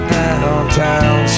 downtown